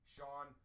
Sean